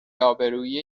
آبروئیه